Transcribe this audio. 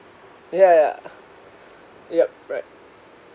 yeah yeah yup right